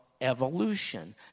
evolution